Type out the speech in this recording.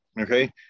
okay